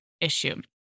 issue